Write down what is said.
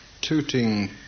Tooting